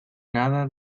nada